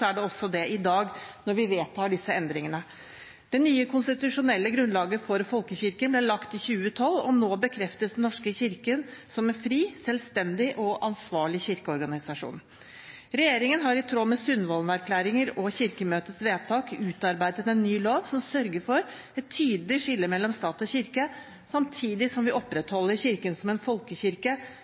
er det også det i dag når vi vedtar disse endringene. Det nye konstitusjonelle grunnlaget for folkekirken ble lagt i 2012, og nå bekreftes Den norske kirke som en fri, selvstendig og ansvarlig kirkeorganisasjon. Regjeringen har i tråd med Sundvolden-erklæringen og Kirkemøtets vedtak utarbeidet en ny lov som sørger for et tydelig skille mellom stat og kirke samtidig som vi opprettholder Kirken som en folkekirke